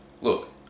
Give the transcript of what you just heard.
Look